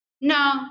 no